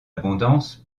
abondance